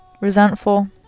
resentful